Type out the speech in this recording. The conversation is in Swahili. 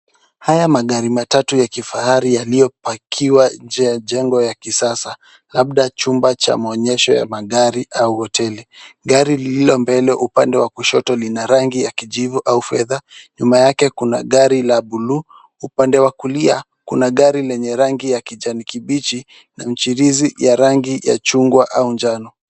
Haya magari matatu ya kifahari yaliyopakiwa nje ya jengo ya kisasa labda chumba cha muonyesho ya magari au hoteli . Gari lililo mbele upande wa kushoto Lina rangi la kijivu au fedha ,nyuma yake Kuna gari la buluu upande wa kulia Kuna gari lenye rangi ya kijani kibichi na Nchirizi ya rangi ya chungwa au njano.